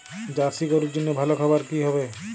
Jersey গরুর জন্য ভালো খাবার কি হবে?